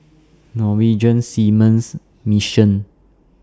Norwegian Seamen's Mission